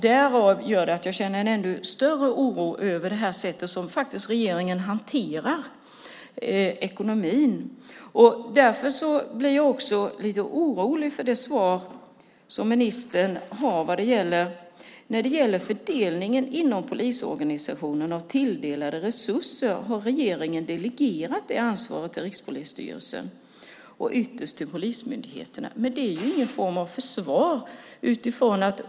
Därför känner jag en ännu större oro över regeringens sätt att hantera ekonomin. Jag blir också lite orolig över ministerns svar när det gäller fördelningen inom polisorganisationen av tilldelade resurser. Regeringen har delegerat det ansvaret till Rikspolisstyrelsen och ytterst till polismyndigheterna. Men det är ingen form av försvar.